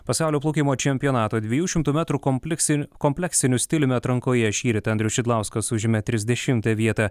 pasaulio plaukimo čempionato dviejų šimtų metrų kompliksi kompleksiniu stiliumi atrankoje šįryt andrius šidlauskas užėmė trisdešimą vietą